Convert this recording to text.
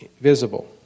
visible